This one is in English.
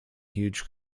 huge